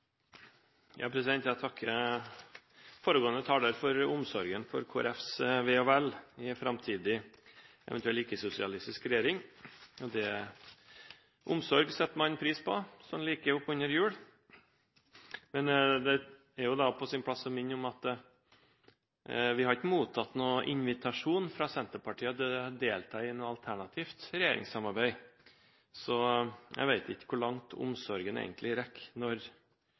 for omsorgen for Kristelig Folkepartis ve og vel i en eventuell framtidig ikke-sosialistisk regjering. Omsorg setter man pris på sånn like opp under jul. Men det er jo på sin plass å minne om at vi ikke har mottatt noen invitasjon fra Senterpartiet om å delta i noe alternativt regjeringssamarbeid. Så jeg vet ikke hvor langt omsorgen egentlig rekker, når